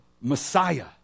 Messiah